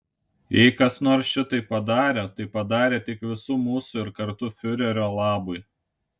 jei kas nors šitai padarė tai padarė tik visų mūsų ir kartu fiurerio labui